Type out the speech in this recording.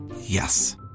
Yes